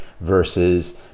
Versus